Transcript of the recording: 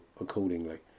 accordingly